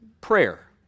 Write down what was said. prayer